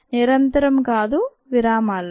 నిరంతరం కాదు విరామాల్లో